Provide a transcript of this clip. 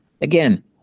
again